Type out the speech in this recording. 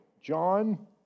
John